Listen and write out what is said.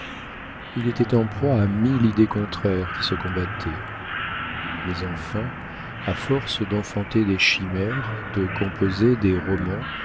il était en proie à mille idées contraires qui se combattaient mais enfin à force d'enfanter des chimères de composer des romans